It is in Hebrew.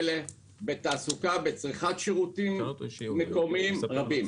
בתעסוקה, בצריכת שירותים מקומיים רבים.